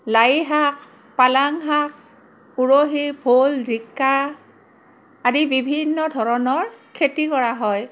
লাই শাক পালাং শাক উৰহি ভোল জিকা আদি বিভিন্ন ধৰণৰ খেতি কৰা হয়